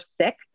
sick